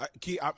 Key